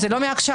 זה לא מעכשיו.